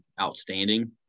outstanding